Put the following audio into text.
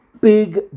big